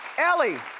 ellie,